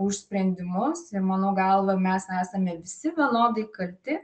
už sprendimus ir mano galva mes esame visi vienodai kalti